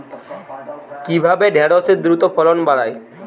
কিভাবে ঢেঁড়সের দ্রুত ফলন বাড়াব?